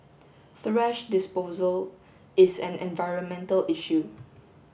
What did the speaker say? thrash disposal is an environmental issue